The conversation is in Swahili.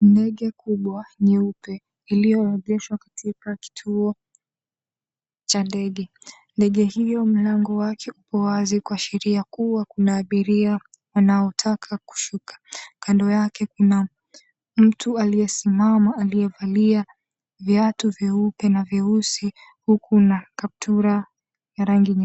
Ndege kubwa nyeupe iliyoegeshwa katika kituo cha ndege. Ndege hiyo, mlango wake uko wazi kuashiria kuwa kuna abiria wanaotaka kushuka. Kando yake kuna mtu aliyesimama aliyevalia viatu vyeupe na vyeusi huku na kaptura ya rangi nyekundu.